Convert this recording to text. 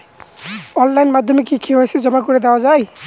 Online মাধ্যমে কি KYC জমা করে দেওয়া য়ায়?